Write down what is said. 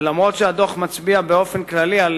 ולמרות שהדוח מצביע באופן כללי על